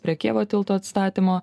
prie kijevo tilto atstatymo